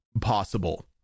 possible